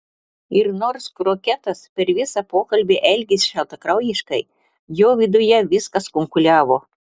ir nors kroketas per visą pokalbį elgėsi šaltakraujiškai jo viduje viskas kunkuliavo